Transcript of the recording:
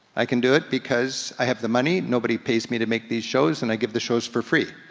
i can do it because i have the money, nobody pays me to make these shows, and i give the shows for free.